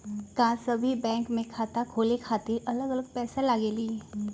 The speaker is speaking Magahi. का सभी बैंक में खाता खोले खातीर अलग अलग पैसा लगेलि?